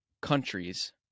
countries